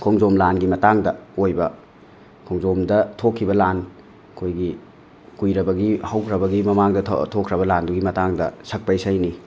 ꯈꯣꯡꯖꯣꯝ ꯂꯥꯟꯒꯤ ꯃꯇꯥꯡꯗ ꯑꯣꯏꯕ ꯈꯣꯡꯖꯣꯝꯗ ꯊꯣꯛꯈꯤꯕ ꯂꯥꯟ ꯑꯩꯈꯣꯏꯒꯤ ꯀꯨꯏꯔꯕꯒꯤ ꯍꯧꯈ꯭ꯔꯕꯒꯤ ꯃꯃꯥꯡꯗ ꯊꯣꯛꯈ꯭ꯔꯕ ꯂꯥꯟꯗꯨꯒꯤ ꯃꯇꯥꯡꯗ ꯁꯛꯄ ꯏꯁꯩꯅꯤ